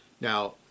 Now